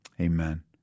amen